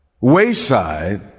wayside